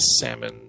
salmon